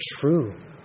true